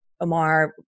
Omar